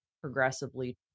progressively